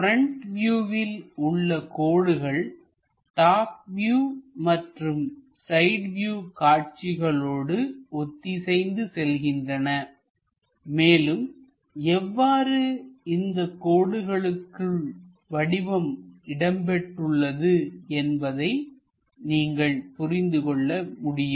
front வியூவில் உள்ள கோடுகள் டாப் வியூ மற்றும் சைட் வியூ காட்சிகளோடு ஒத்திசைந்து செல்கின்றன மேலும் எவ்வாறு இந்தக் கோடு களுக்குள் வடிவம் இடம்பெற்றுள்ளது என்பதை நீங்கள் புரிந்து கொள்ள முடியும்